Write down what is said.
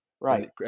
Right